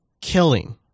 killing